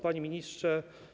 Panie Ministrze!